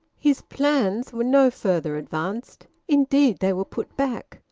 his plans were no further advanced indeed they were put back,